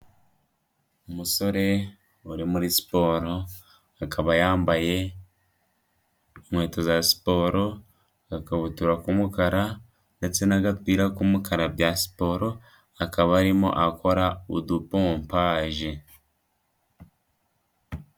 Umusore uri muri siporo, akaba yambaye inkweto za siporo, agakabutura k'umukara ndetse n'agapira k'umukara bya siporo, akaba arimo akora udupompaje.